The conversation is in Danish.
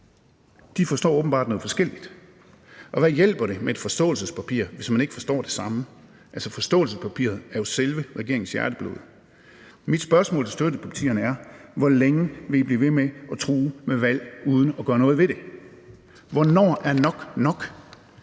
De forstår åbenbart noget forskelligt. Og hvad hjælper det med et forståelsespapir, hvis man ikke forstår det samme? Altså, forståelsespapiret er jo selve regeringens hjerteblod. Mit spørgsmål til støttepartierne er: Hvor længe vil I blive ved med at true med valg uden at gøre noget ved det? Hvornår er nok nok?